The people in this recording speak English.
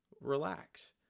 relax